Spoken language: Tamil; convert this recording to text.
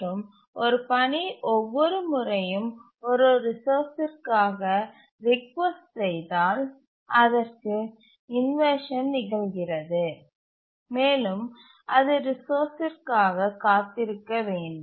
மற்றும் ஒரு பணி ஒவ்வொரு முறையும் ஒரு ரிசோர்ஸ்காக ரிக்வெஸ்ட் செய்தால் அதற்கு இன்வர்ஷன் நிகழ்கிறது மேலும் அது ரிசோர்ஸ்காக காத்திருக்க வேண்டும்